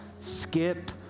skip